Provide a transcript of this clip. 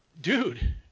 dude